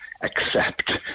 accept